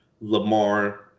Lamar